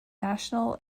national